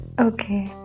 Okay